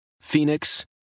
Phoenix